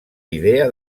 idea